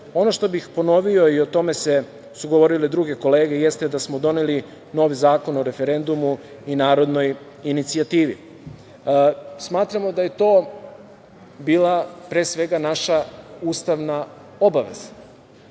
što bih ponovio, a o tome su govorile i druge kolege, jeste da smo doneli novi Zakon o referendumu i narodnoj inicijativi. Smatramo da je to bila pre svega naša ustavna obaveza.